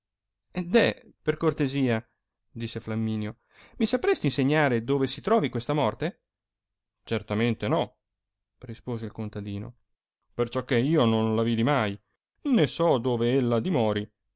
morte deh per cortesia disse flamminio mi saperesti insegnare dove si trovi questa morte certamente no rispose il contadino perciò che io non la vidi mai né so dove ella dimori